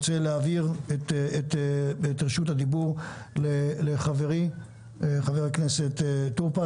אני רוצה להעביר את רשות הדיבור לחברי חבר הכנסת טור פז.